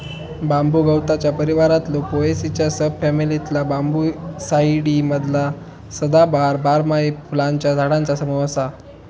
बांबू गवताच्या परिवारातला पोएसीच्या सब फॅमिलीतला बांबूसाईडी मधला सदाबहार, बारमाही फुलांच्या झाडांचा समूह असा